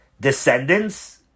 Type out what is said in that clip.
descendants